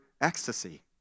ecstasy